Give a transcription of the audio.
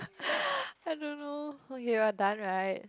I don't know okay we are done right